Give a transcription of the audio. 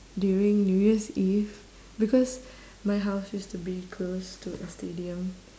during new year's eve because my house used to be close to a stadium